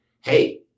hey